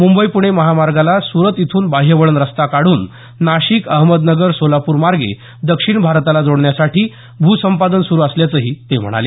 मुंबई पुणे महामागोला सुरत इथून बाह्यवळण रस्ता काढून नाशिक अहमदनगर सोलापूर मार्गे दक्षिण भारताला जोडण्यासाठी भूसंपादन सुरु असल्याचंही ते म्हणाले